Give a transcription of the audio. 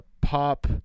pop